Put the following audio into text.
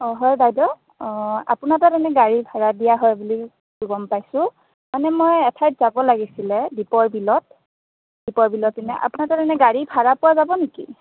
অ হয় বাইদেউ অ আপোনাৰ তাত এনে গাড়ী ভাড়াত দিয়া হয় বুলি গম পাইছোঁ মানে মই এঠাইত যাব লাগিছিলে দীপৰ বিলত দীপৰ বিলৰ পিনে আপোনাৰ তাত ইনে গাড়ী ভাড়াত পোৱা যাব নেকি